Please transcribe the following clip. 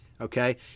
Okay